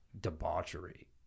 debauchery